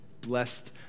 blessed